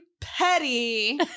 petty